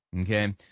okay